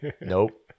nope